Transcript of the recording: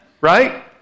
right